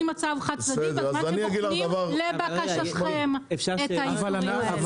מצב חד צדדי --- בוחנים לבקשתכם את ה איסורים האלה.